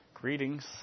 Greetings